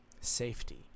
safety